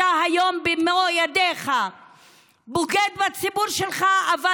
אתה היום במו ידיך בוגד בציבור שלך אבל